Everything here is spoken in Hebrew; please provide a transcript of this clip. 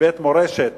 לבית מורשת